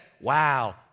wow